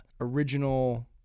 original